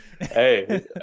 hey